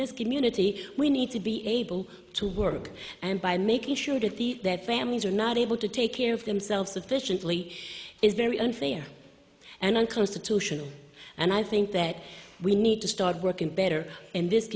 this community we need to be able to work and by making sure that the that families are not able to take care of themselves sufficiently is very unfair and unconstitutional and i think that we need to start working better in this